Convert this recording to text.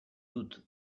dut